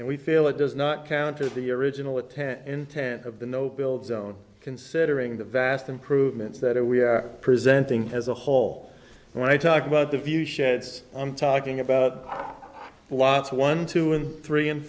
and we feel it does not counter the original attack intent of the no build zone considering the vast improvements that we are presenting as a whole when i talk about the view sheds i'm talking about lots one two and three and